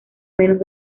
menos